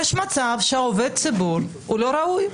יש מצב שעובד הציבור לא ראוי.